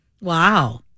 Wow